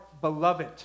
beloved